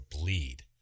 bleed